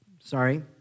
Sorry